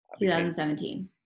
2017